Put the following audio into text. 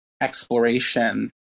exploration